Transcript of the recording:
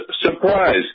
surprise